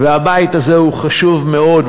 והבית הזה הוא חשוב מאוד,